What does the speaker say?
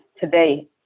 today